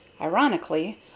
Ironically